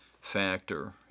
factor